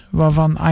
waarvan